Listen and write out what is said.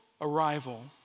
arrival